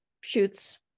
shoots